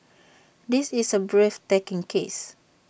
this is A breathtaking case